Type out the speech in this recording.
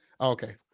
Okay